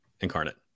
incarnate